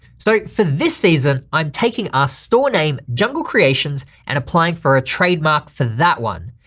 so for this season, i'm taking our store name jungle creations and applying for a trademark for that one.